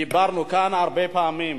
דיברנו כאן הרבה פעמים.